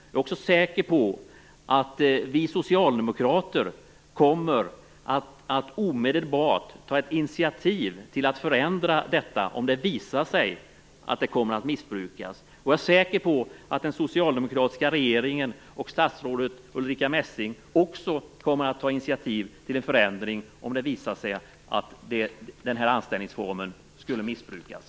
Jag är också säker på att vi socialdemokrater omedelbart kommer att ta initiativ till att förändra detta, om det visar sig att det kommer att missbrukas. Jag är säker på att den socialdemokratiska regeringen och statsrådet Ulrica Messing också kommer att ta initiativ till en förändring om det visar sig att den här anställningsformen skulle missbrukas.